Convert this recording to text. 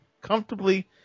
comfortably